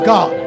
God